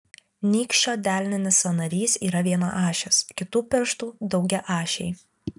nykščio delninis sąnarys yra vienaašis kitų pirštų daugiaašiai